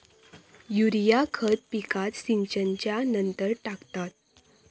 urea खत पिकात सिंचनच्या नंतर टाकतात